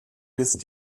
bist